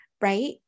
right